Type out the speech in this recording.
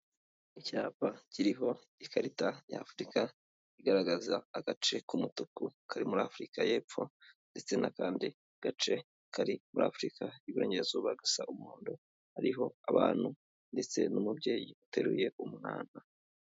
Icyapa kiriho ikarita ya Afurika igaragaza agace k'umutuku kari muri Afurika y'epfo ndetse n'akandi gace kari muri Afurika y'iburengerazuba gasa umuhondo, hariho abantu ndetse n'umubyeyi uteruye umwana.